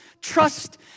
trust